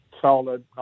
solid